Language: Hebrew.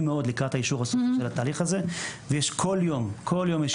מאוד לקראת האישור הסופי של התהליך הזה ויש כל יום כל יום יש